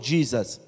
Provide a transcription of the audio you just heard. Jesus